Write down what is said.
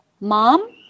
Mom